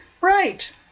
right